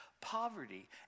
poverty